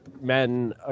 men